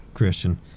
Christian